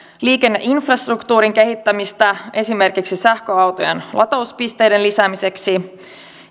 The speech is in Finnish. liikenneinfrastruktuurin kehittämistä esimerkiksi sähköautojen latauspisteiden lisäämiseksi